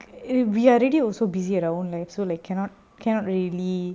if we are really also busy at our own life so like cannot cannot really